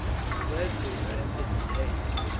and lesbia entered in haste.